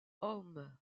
homme